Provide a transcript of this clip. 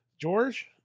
George